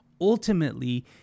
ultimately